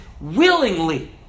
Willingly